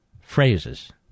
phrases